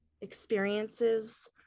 experiences